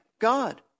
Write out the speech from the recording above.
God